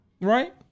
Right